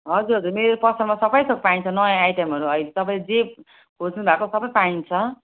हजुर हजुर मेरो पसलमा सबै थोक पाइन्छ नयाँ आइटमहरू अहिले तपाईँले जे खोज्नुभएको सबै पाइन्छ